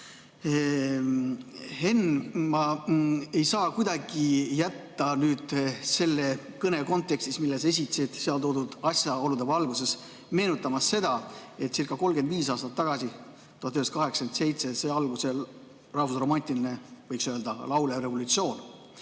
Henn, ma ei saa kuidagi jätta selle kõne kontekstis, mille sa esitasid, seal toodud asjaolude valguses meenutamast, etcirca35 aastat tagasi, 1987 sai alguse rahvusromantiline laulev revolutsioon.